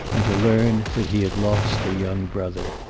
and to learn that he had lost a young brother.